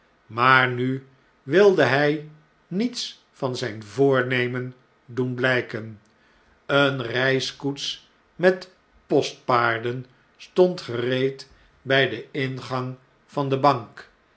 maar nu wilde hfl niets van zjjn voornemen doen blpen eene reiskoets met postpaarden stond gereed bij den ingang van de bank